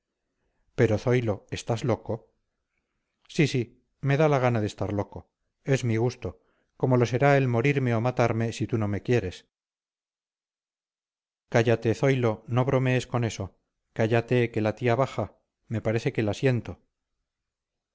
pero zoilo estás loco sí sí me da la gana de estar loco es mi gusto como lo será el morirme o matarme si tú no me quieres cállate zoilo no bromees con eso cállate que la tía baja me parece que la siento